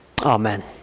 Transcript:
Amen